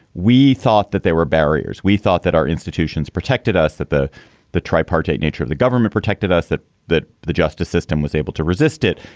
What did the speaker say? we thought that there were barriers. we thought that our institutions protected us, that the the tripartite nature of the government protected us, that that the justice system was able to resist it.